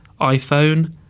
iPhone